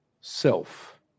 self